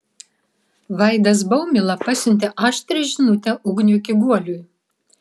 vaidas baumila pasiuntė aštrią žinutę ugniui kiguoliui